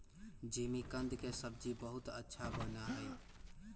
जिमीकंद के सब्जी बहुत अच्छा बना हई